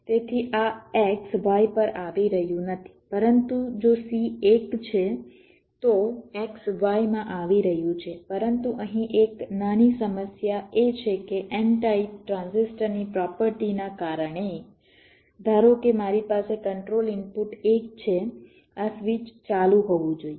તેથી આ X Y પર આવી રહ્યું નથી પરંતુ જો C 1 છે તો X Y માં આવી રહ્યું છે પરંતુ અહીં એક નાની સમસ્યા એ છે કે n ટાઇપ ટ્રાન્ઝિસ્ટરની પ્રોપર્ટી ના કારણે ધારો કે મારી પાસે કન્ટ્રોલ ઇનપુટ 1 છે આ સ્વિચ ચાલુ હોવું જોઇએ